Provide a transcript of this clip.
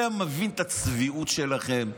אתה מבין את הצביעות שלכם?